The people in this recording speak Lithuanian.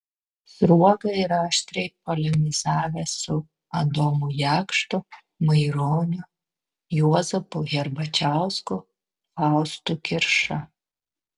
sruoga yra aštriai polemizavęs su adomu jakštu maironiu juozapu herbačiausku faustu kirša